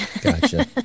Gotcha